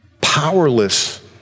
powerless